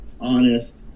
honest